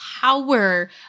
power